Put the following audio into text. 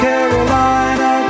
Carolina